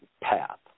path